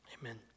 amen